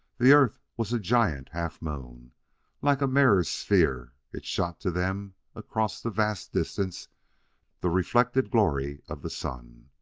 the earth was a giant half-moon like a mirror-sphere it shot to them across the vast distance the reflected glory of the sun.